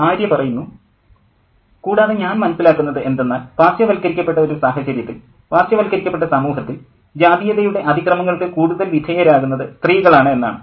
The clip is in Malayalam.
ആര്യ കൂടാതെ ഞാൻ മനസ്സിലാക്കുന്നത് എന്തെന്നാൽ പാർശ്വവൽക്കരിക്കപ്പെട്ട ഒരു സാഹചര്യത്തിൽ പാർശ്വവൽക്കരിക്കപ്പെട്ട സമൂഹത്തിൽ ജാതീയതയുടെ അതിക്രമങ്ങൾക്ക് കൂടുതൽ വിധേയരാകുന്നത് സ്ത്രീകളാണ് എന്നാണ്